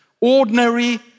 ordinary